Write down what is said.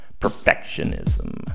Perfectionism